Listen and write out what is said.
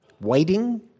waiting